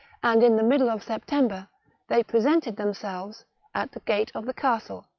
and in the middle of september they presented themselves at the gate of the castle,